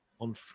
on